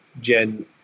Gen